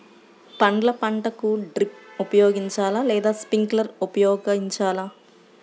పండ్ల పంటలకు డ్రిప్ ఉపయోగించాలా లేదా స్ప్రింక్లర్ ఉపయోగించాలా?